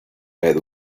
had